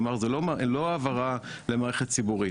כלומר זה לא העברה למערכת ציבורית,